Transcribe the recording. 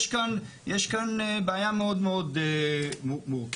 יש כאן בעיה מאוד מאוד מורכבת.